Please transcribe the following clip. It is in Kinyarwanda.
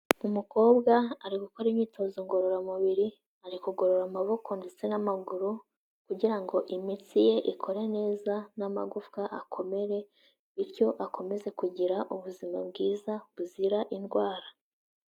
Umukobwa ari gukora imyitozo ngororamubiri, ari kugorora amaboko ndetse n'amaguru kugira ngo imitsi ye ikore neza n'amagufwa akomere bityo akomeze kugira ubuzima bwiza buzira indwara.